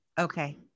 Okay